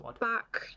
back